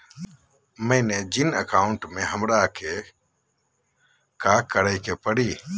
मैंने जिन अकाउंट में हमरा के काकड़ के परी?